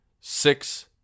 six